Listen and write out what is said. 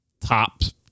tops